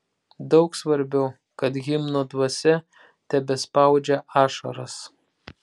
daug svarbiau kad himno dvasia tebespaudžia ašaras